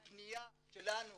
הפניה שלנו